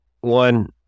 one